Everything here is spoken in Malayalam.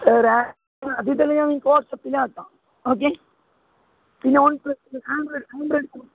അതിതിൽ ഞാൻ നിങ്ങൾക്ക് വാട്ട്സാപ്പിലയാക്കാം ഓക്കെ പിന്നെ